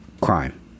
crime